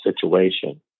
situation